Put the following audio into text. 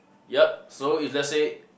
yup so if let's say